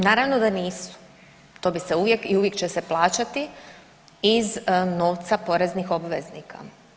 Naravno da nisu, to bi se uvijek i uvijek će se plaćati iz novca poreznih obveznika.